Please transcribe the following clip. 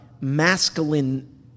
masculine